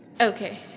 Okay